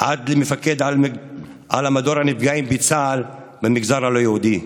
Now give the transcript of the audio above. עד מפקד על מדור הנפגעים בצה"ל במגזר הלא-יהודי,